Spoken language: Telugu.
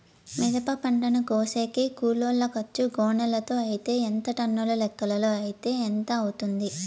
మిరప పంటను కోసేకి కూలోల్ల ఖర్చు గోనెలతో అయితే ఎంత టన్నుల లెక్కలో అయితే ఎంత అవుతుంది?